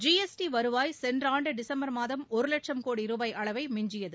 G S T வருவாய் சென்ற ஆண்டு டிசம்பர் மாதம் ஒரு லட்சம் கோடி ரூபாய் அளவை மிஞ்சியது